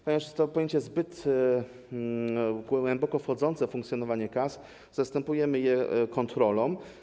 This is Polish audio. Ponieważ jest to pojęcie zbyt głęboko wchodzące w funkcjonowanie kas, zastępujemy je kontrolą.